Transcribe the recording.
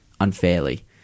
unfairly